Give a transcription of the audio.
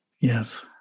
Yes